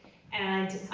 and,